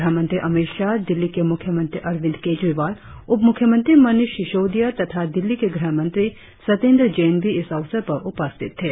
गृहमंत्री अमित शाह दिल्ली के मुख्यमंत्री अरविंद केजरीवाल उप मुख्यमंत्री मनीष सिसोदिया तथा दिल्ली के गृहमंत्री सतेंद्र जैन भी इस अवसर पर उपस्थित थे